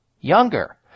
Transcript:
younger